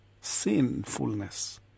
sinfulness